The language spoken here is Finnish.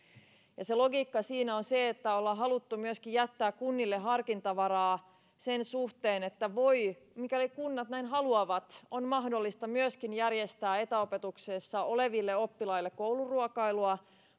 se logiikka siinä on se että ollaan haluttu myöskin jättää kunnille harkintavaraa sen suhteen että mikäli kunnat näin haluavat on mahdollista myöskin järjestää etäopetuksessa oleville oppilaille kouluruokailua